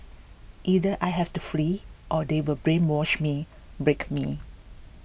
either I have to flee or they will brainwash me break me